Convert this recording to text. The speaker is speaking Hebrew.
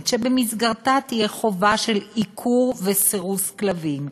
שבמסגרתה תהיה חובה של עיקור וסירוס של כלבים,